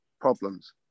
problems